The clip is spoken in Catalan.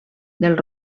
del